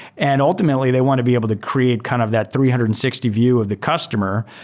and ultimately, they want to be able to create kind of that three hundred and sixty view of the customer,